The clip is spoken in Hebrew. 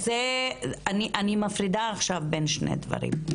אני מפרידה עכשיו בין שני דברים.